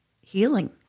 healing